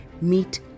meet